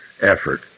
effort